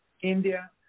India